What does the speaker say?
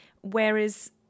Whereas